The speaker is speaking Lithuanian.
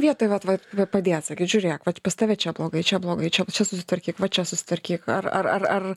vietoj vat vat padėjo atsakyt žiūrėk va pas tave čia blogai čia blogai čia čia susitvarkyk va čia susitvarkyk ar ar ar